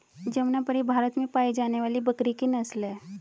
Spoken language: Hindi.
जमनापरी भारत में पाई जाने वाली बकरी की नस्ल है